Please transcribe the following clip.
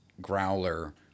growler